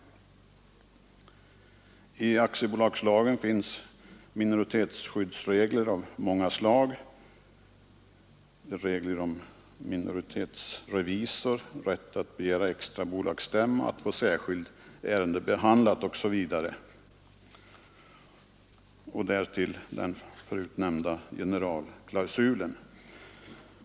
I aktiebolagslagen finns minoritetsskyddsregler av många slag: regler om minoritetsrevisor, rätt att begära extra bolagsstämma, att få särskilt ärende behandlat vid bolagsstämma osv. Därtill finns den tidigare nämnda generalklausulen.